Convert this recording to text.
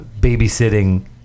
babysitting